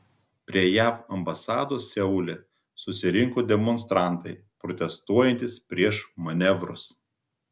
prie jav ambasados seule susirinko demonstrantai protestuojantys prieš manevrus